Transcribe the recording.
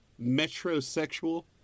metrosexual